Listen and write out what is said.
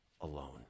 alone